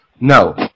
no